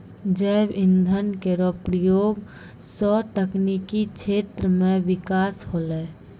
जैव इंधन केरो प्रयोग सँ तकनीकी क्षेत्र म बिकास होलै